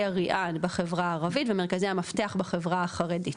יריעה בחברה הערבית ומרכזי המפתח בחברה החרדית.